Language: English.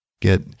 get